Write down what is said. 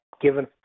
given